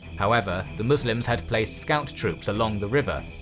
however, the muslims had placed scout troops along the river,